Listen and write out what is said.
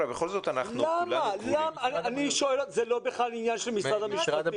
זה בכלל לא עניין של משרד המשפטים,